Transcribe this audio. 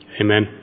Amen